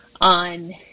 on